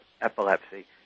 epilepsy